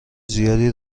زیادی